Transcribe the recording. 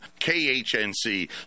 KHNC